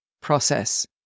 process